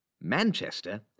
Manchester